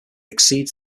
exceeds